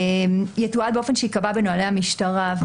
יתועד באופן שייקבע בנהלי המשטרה.